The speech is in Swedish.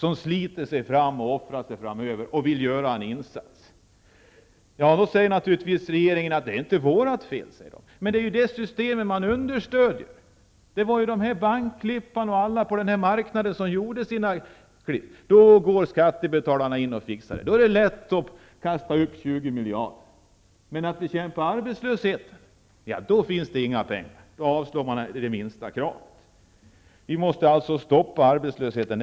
De sliter och offrar sig och vill göra en insats framöver. Då säger regeringen: ''Det är inte vårt fel.'' Men man understöder ju det systemet. Bankerna gjorde sina klipp och sedan går skattebetalarna in och fixar det. Då är det lätt att kasta upp 20 miljarder kronor. Men när det gäller att bekämpa arbetslöshet finns det inga pengar. Då avslår man t.o.m. de minsta kraven. Vi måste stoppa arbetslösheten.